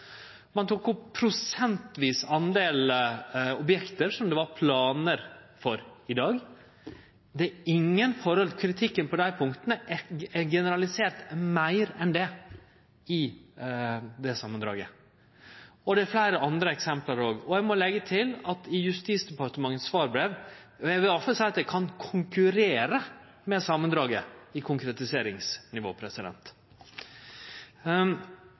Ein tok opp ein prosentvis del objekt som det er planar for i dag. Kritikken på dei punkta er generaliserte meir enn det i samandraget. Det er fleire andre eksempel òg. Når det gjeld svarbrevet frå Justisdepartementet, vil eg iallfall seie at det kan konkurrere med samandraget i konkretiseringsnivå.